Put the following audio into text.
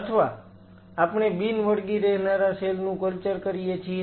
અથવા આપણે બિન વળગી રહેનારા સેલ નું કલ્ચર કરીએ છીએ